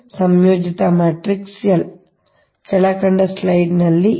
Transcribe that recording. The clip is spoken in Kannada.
ಸಂಯೋಜಿತ ಮ್ಯಾಟ್ರೀಕ್ಸ್ L ಆಗಿರುತ್ತದೆ